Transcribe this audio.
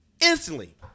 instantly